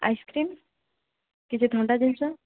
ice cream କିଛି ଥଣ୍ଡା ଜିନିଷ